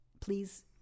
Please